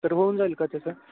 तर होऊन जाईल का त्याचं